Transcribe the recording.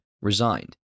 resigned